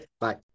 Bye